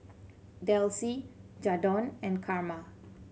Delcie Jadon and Karma